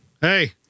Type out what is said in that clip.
Hey